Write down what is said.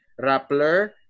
Rappler